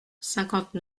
cinquante